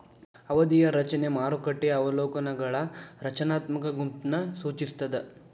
ಅವಧಿಯ ರಚನೆ ಮಾರುಕಟ್ಟೆಯ ಅವಲೋಕನಗಳ ರಚನಾತ್ಮಕ ಗುಂಪನ್ನ ಸೂಚಿಸ್ತಾದ